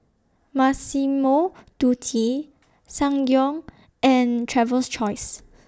Massimo Dutti Ssangyong and Travels Choice